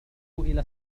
إلى